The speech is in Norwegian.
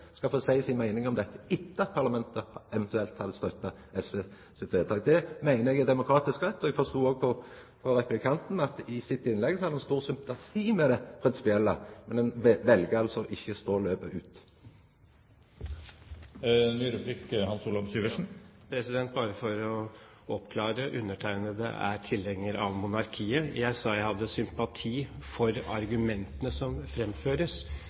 skal få seia si meining om dette etter at parlamentet eventuelt har gått inn for SV sitt forslag. Det meiner eg er demokratisk rett. Eg forstod òg på det replikanten sa i sitt innlegg, at han har stor sympati for det prinsipielle, men ein vel altså å ikkje stå løpet ut. Bare for å oppklare: Jeg er tilhenger av monarkiet. Jeg sa at jeg hadde sympati for argumentene som fremføres.